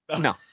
no